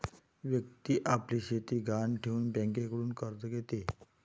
व्यक्ती आपली शेती गहाण ठेवून बँकेकडून कर्ज घेते